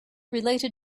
related